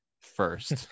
first